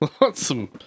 Awesome